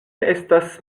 estas